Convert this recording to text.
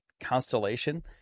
constellation